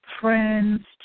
friends